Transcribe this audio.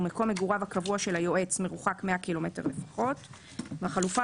ומקום מגוריו הקבוע של היועץ מרוחק 100 ק"מ לפחות; והחלופה